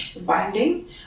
binding